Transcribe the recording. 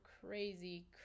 crazy